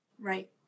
Right